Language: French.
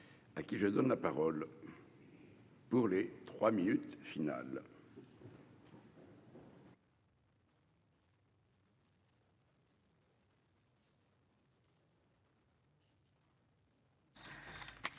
à qui je donne la parole. Pour les trois minutes finales.